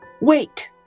Wait